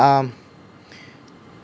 um